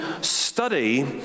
study